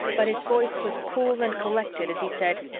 but his voice was cool and collected as he said,